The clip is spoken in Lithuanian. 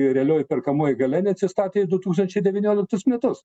realioji perkamoji galia neatsistatė į du tūkstančiai devynioliktus metus